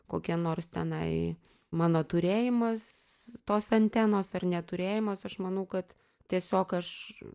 kokie nors tenai mano turėjimas tos antenos ar neturėjimas aš manau kad tiesiog aš